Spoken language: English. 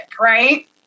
Right